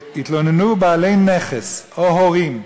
והתלוננו בעלי נכס או הורים,